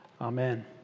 amen